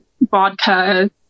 vodka